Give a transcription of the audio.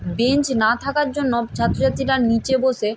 bench না থাকার জন্য ছাত্রছাত্রীরা নিচে বসে